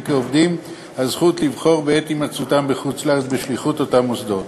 כעובדים הזכות לבחור בעת הימצאותם בחוץ-לארץ בשליחות אותם מוסדות.